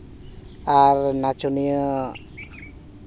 ᱟᱨ ᱱᱟᱪᱚᱱᱤᱭᱟᱹ